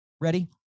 Ready